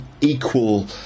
equal